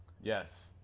yes